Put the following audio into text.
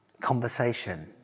conversation